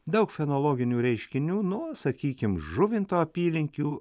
daug fenologinių reiškinių nuo sakykime žuvinto apylinkių